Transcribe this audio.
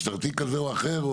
משטרתי כזה או אחר,